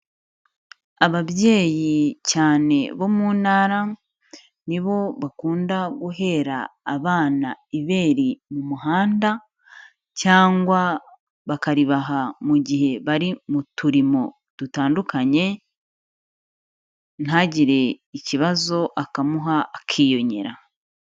Ababyeyi, cyane bo mu ntara, ni bo bakunda guhera abana ibere mu muhanda cyangwa bakaribaha mu gihe bari mu turimo dutandukanye, ntagire ikibazo, akamuha akiyonyera.